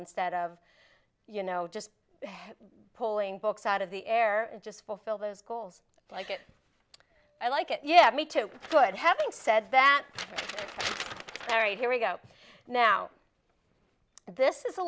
instead of you know just pulling books out of the air and just fulfill those goals like it i like it yeah me too good having said that every here we go now this is a